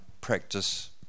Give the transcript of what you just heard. practice